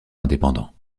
indépendant